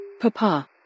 Papa